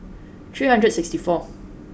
three hundred and sixty four